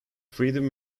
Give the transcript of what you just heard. freedom